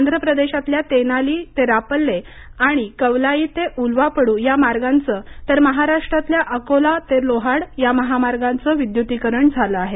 आंध्र प्रदेशातल्या तेनाली ते रापल्ले आणि कवलाई ते उल्वापडू या मार्गांचं तर महाराष्ट्रातल्या अकोला ते लोहाड या महामार्गांचं विद्युतीकरण झालं आहे